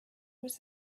was